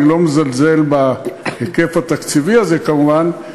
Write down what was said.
אני לא מזלזל בהיקף התקציבי הזה, כמובן,